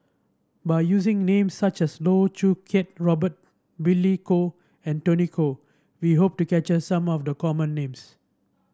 by using names such as Loh Choo Kiat Robert Billy Koh and Tony Khoo we hope to capture some of the common names